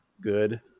good